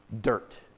dirt